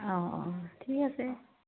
অঁ অঁ ঠিক আছে